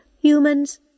humans